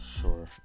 Sure